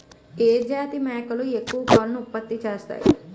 ఏ జాతి మేకలు ఎక్కువ పాలను ఉత్పత్తి చేస్తాయి?